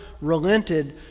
relented